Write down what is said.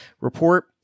report